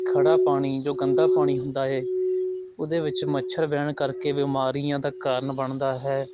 ਖੜ੍ਹਾ ਪਾਣੀ ਜੋ ਗੰਦਾ ਪਾਣੀ ਹੁੰਦਾ ਹੈ ਉਹਦੇ ਵਿੱਚ ਮੱਛਰ ਬਹਿਣ ਕਰਕੇ ਬਿਮਾਰੀਆਂ ਦਾ ਕਾਰਨ ਬਣਦਾ ਹੈ